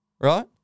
Right